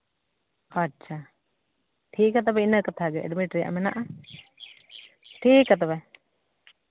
ᱟᱪᱪᱷᱟ ᱴᱷᱤᱠ ᱜᱮᱭᱟ ᱛᱚᱵᱮ ᱤᱱᱟᱹ ᱠᱟᱛᱷᱟ ᱜᱮ ᱮᱰᱢᱤᱴ ᱨᱮᱭᱟᱜ ᱢᱮᱱᱟᱜᱼᱟ ᱴᱷᱤᱠ ᱜᱮᱭᱟ ᱛᱚᱵᱮ